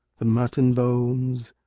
the mutton bones.